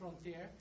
frontier